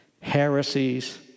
heresies